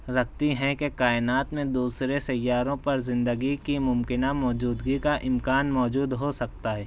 رکھتی ہیں کہ کائنات میں دوسرے سیاروں پر زندگی کی ممکنہ موجودگی کا امکان موجود ہو سکتا ہے